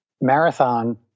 marathon